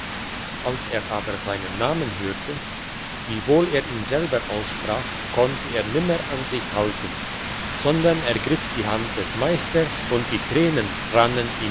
als er aber seinen namen hörte wiewohl er ihn selber aussprach konnte er nimmer an sich halten sondern ergriff die hand des meisters und die tränen rannen